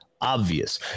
obvious